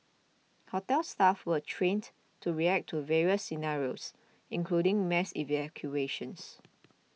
hotel staff were trained to react to various scenarios including mass evacuations